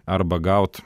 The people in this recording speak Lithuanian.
arba gaut